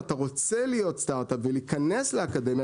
אתה רוצה להיות סטארט-אפ ולהיכנס לאקדמיה,